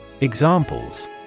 Examples